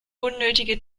unnötige